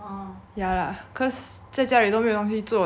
ya lah cause 在家里都没有东西做只可以